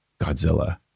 Godzilla